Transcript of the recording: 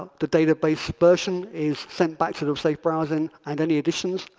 the database version is sent back to the safe browsing and any additions,